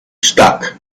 stuck